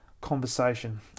conversation